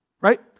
right